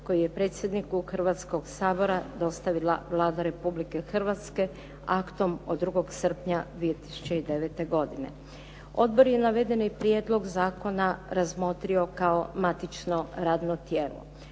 koji je predsjedniku Hrvatskog sabora dostavila Vlada Republike Hrvatske aktom od 2. srpnja 2009. godine. Odbor je navedeni prijedlog zakona razmotrio kao matično radno tijelo.